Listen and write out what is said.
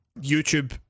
YouTube